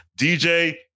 DJ